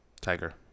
Tiger